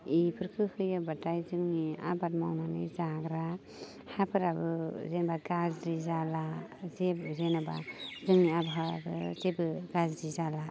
बेफोरखौ होयोबाथाय जोंनि आबाद मावनानै जाग्रा हाफोराबो जेनेबा गाज्रि जाला जेबो जेनेबा जोंनि आबहावायाबो जेबो गाज्रि जाला बेफोरखौ